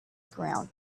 ground